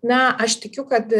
na aš tikiu kad